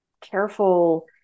careful